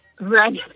Right